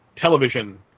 television